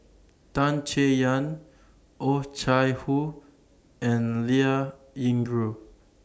Tan Chay Yan Oh Chai Hoo and Liao Yingru